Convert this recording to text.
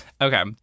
Okay